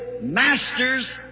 master's